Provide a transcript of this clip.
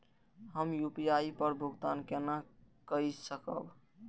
हम यू.पी.आई पर भुगतान केना कई सकब?